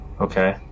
Okay